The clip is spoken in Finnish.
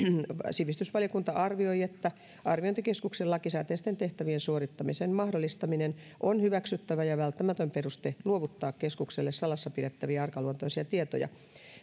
sivistysvaliokunta arvioi että arviointikeskuksen lakisääteisten tehtävien suorittamisen mahdollistaminen on hyväksyttävä ja välttämätön peruste luovuttaa keskukselle salassa pidettäviä arkaluontoisia tietoja